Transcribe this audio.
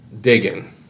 digging